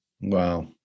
Wow